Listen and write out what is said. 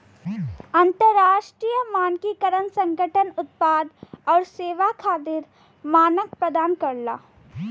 अंतरराष्ट्रीय मानकीकरण संगठन उत्पाद आउर सेवा खातिर मानक प्रदान करला